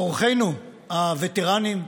אורחינו הווטרנים,